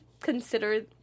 consider